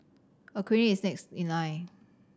a clinic is next in line